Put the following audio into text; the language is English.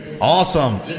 Awesome